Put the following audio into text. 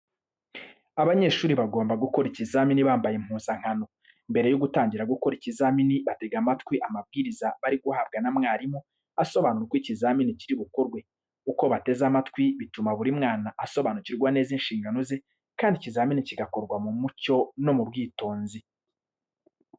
Abanyeshuri bagomba gukora ikizamini bambaye impuzankano. Mbere yo gutangira gukora ikizamini, batega amatwi amabwiriza bari guhabwa na mwarimu, asobanura uko ikizamini kiri bukorwe. Uko bateze amatwi, bituma buri mwana asobanukirwa neza inshingano ze kandi ikizamini kigakorwa mu mucyo no mu bwitonzi.